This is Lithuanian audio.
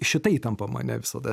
šita įtampa mane visada